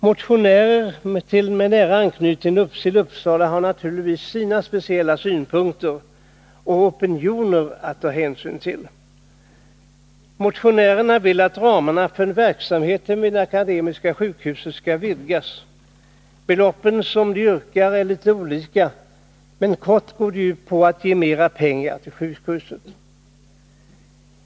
Motionärerna med nära anknytning till Uppsala har naturligtvis sina speciella synpunkter — och opinioner — att ta hänsyn till. Motionärerna vill att ramarna för verksamheten vid Akademiska sjukhuset skall vidgas. De belopp som de yrkar på är litet olika, men i korthet går yrkandena ut på att mera pengar skall ges till sjukhuset.